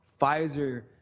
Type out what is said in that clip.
Pfizer